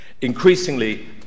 Increasingly